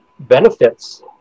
Benefits